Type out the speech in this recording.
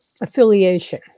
affiliation